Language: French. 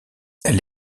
elle